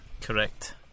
Correct